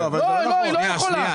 לא, היא לא יכולה.